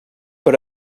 but